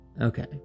Okay